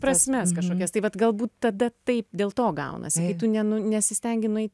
prasmes kažkokias tai vat galbūt tada taip dėl to gaunasikai tu nesistengi